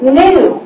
new